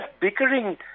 bickering